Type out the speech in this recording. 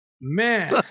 man